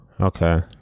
Okay